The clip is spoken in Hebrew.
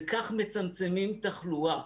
וכך מצמצמים תחלואה.